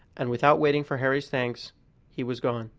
and without waiting for harry's thanks he was gone.